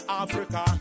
africa